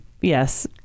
Yes